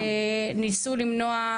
ניסוי למנוע,